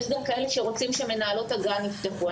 יש גם כאלה שרוצים שמנהלות הגן יפתחו.